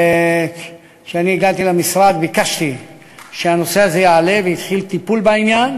כשאני הגעתי למשרד ביקשתי שהנושא הזה יעלה והתחיל טיפול בעניין,